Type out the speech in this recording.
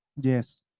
Yes